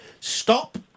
Stop